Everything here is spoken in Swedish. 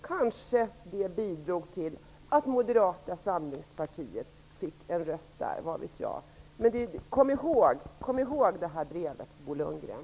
Kanske det bidrog till att Moderata samlingspartiet fick en röst -- vad vet jag? Kom ihåg det här brevet, Bo Lundgren!